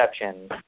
exceptions